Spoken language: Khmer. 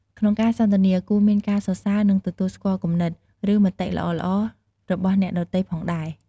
ក្នុងការសន្ទនា គួរមានការសរសើរ និងទទួលស្គាល់គំនិត ឬមតិល្អៗរបស់អ្នកដ៏ទៃផងដែរ។